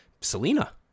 Selena